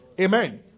Amen